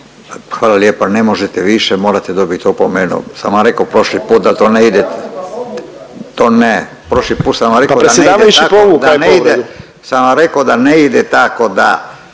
Hvala lijepa. Ne možete više, morate dobit opomenu. Sam vam reko prošli put da to ne ide. To ne,